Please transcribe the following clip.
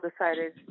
decided